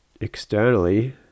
externally